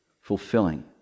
Fulfilling